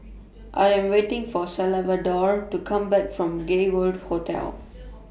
I Am waiting For Salvador to Come Back from Gay World Hotel